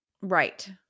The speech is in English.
Right